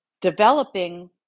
developing